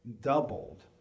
doubled